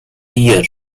year